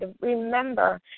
remember